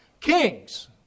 kings